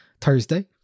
Thursday